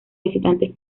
visitantes